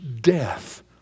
death